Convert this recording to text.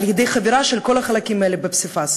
על-ידי חבירה של כל החלקים האלה בפסיפס.